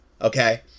okay